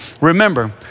Remember